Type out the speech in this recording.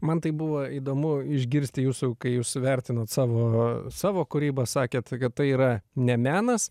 man tai buvo įdomu išgirsti jūsų kai jūs vertinat savo savo kūrybą sakėt kad tai yra ne menas